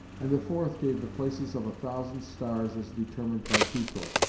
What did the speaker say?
and the fourth gave the places of a thousand stars as determined by tycho,